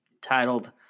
Titled